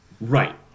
Right